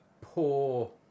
poor